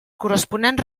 corresponents